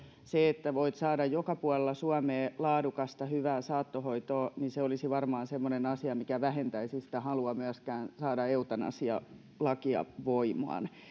se että voit saada joka puolella suomea laadukasta hyvää saattohoitoa olisi varmaan asia mikä vähentäisi halua myöskään saada eutanasialakia voimaan